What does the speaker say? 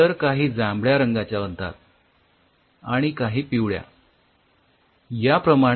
तर काही जांभळ्या रंगाच्या बनतात आणि काही पिवळ्या याप्रमाणे